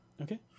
Okay